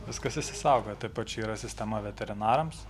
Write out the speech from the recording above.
viskas išsisauga tuo pačiu yra sistema veterinarams